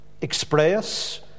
express